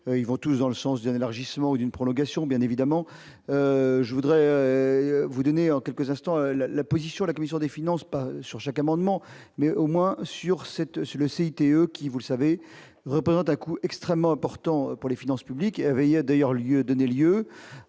ils vont tous dans le sens de l'élargissement ou d'une prolongation, bien évidemment, je voudrais vous donner en quelques instants, la la position de la commission des finances, pas sur chaque amendement, mais au moins sur cette sur le CTE, qui vous le savez, représente un coût extrêmement important pour les finances publiques et avait il y a d'ailleurs lieu